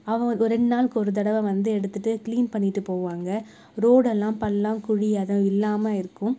அவங்க ரெண்டு நாளைக்கு ஒரு தடவை வந்து எடுத்துகிட்டு கிளீன் பண்ணிவிட்டு போவாங்க ரோடெல்லாம் பள்ளம் குழி எதுவும் இல்லாமல் இருக்கும்